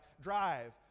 drive